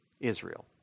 Israel